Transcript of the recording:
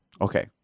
Okay